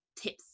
tips